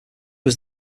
was